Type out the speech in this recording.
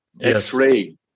x-ray